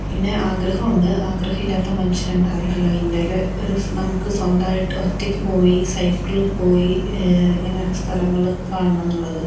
പിന്നെ ആഗ്രഹം ഉണ്ട് ആഗ്രഹം ഇല്ലാത്ത മനുഷ്യരുണ്ടാകില്ലല്ലോ ഇന്ത്യയിൽ ഒരു നമുക്ക് സ്വന്തമായിട്ട് ഒറ്റയ്ക്ക് പോയി സൈക്കിളിൽ പോയി ഇങ്ങനെ സ്ഥലങ്ങൾ കാണണം എന്നുള്ളത്